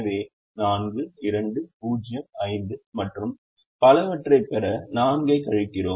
எனவே 4 2 0 5 மற்றும் பலவற்றைப் பெற 4 ஐக் கழிக்கிறோம்